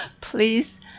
Please